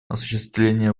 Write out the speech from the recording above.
осуществления